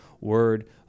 word